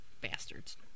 Bastards